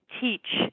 teach